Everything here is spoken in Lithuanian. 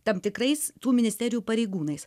tam tikrais tų ministerijų pareigūnais